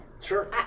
Sure